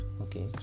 Okay